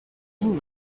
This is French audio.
vous